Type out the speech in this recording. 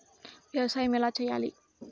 వ్యవసాయం ఎలా చేయాలి?